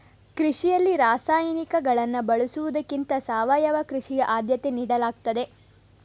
ಕೃಷಿಯಲ್ಲಿ ರಾಸಾಯನಿಕಗಳನ್ನು ಬಳಸುವುದಕ್ಕಿಂತ ಸಾವಯವ ಕೃಷಿಗೆ ಆದ್ಯತೆ ನೀಡಲಾಗ್ತದೆ